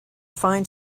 find